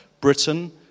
Britain